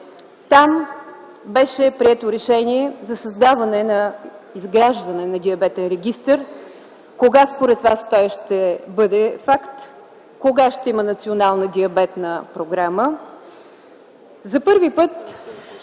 Там беше прието решение за създаване на Диабетен регистър. Кога според Вас той ще бъде факт? Кога ще има Национална диабетна програма? За първи път